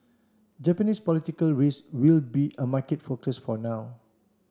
Japanese political risk will be a market focus for now